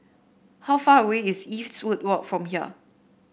how far away is Eastwood Walk from here